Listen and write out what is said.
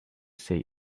say